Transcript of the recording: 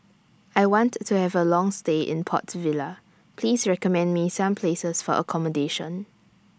I want to Have A Long stay in Port Vila Please recommend Me Some Places For accommodation